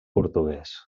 portuguès